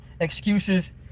excuses